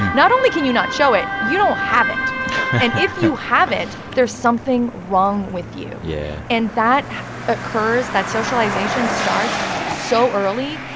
not only can you not show it, you don't have it and if you have it, there's something wrong with you yeah and that occurs that socialization starts so early.